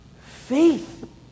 Faith